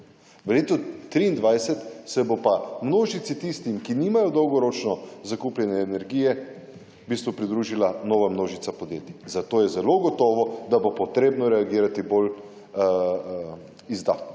v letu 2023 se bo pa množici tistim, ki nimajo dolgoročno zakupljene energije v bistvu pridružila nova množica podjetij, zato je zelo gotovo, da bo potrebno reagirati bolj izdatno.